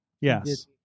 Yes